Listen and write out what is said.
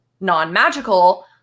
non-magical